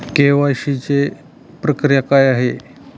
KYC प्रक्रिया काय आहे?